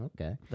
Okay